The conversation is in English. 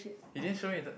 you didn't show me the